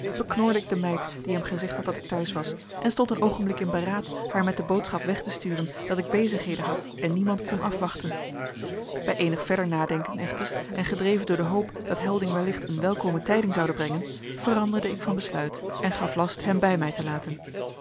beknorde ik de meid die hem gezegd had dat ik thuis was en stond een oogenblik in beraad haar met de boodschap weg te sturen dat ik bezigheden had en niemand kon afwachten bij eenig verder nadenken echter en gedreven door de hoop dat helding wellicht een welkome tijding zoude brengen veranderde ik van besluit en gaf last hem bij mij te laten